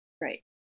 Right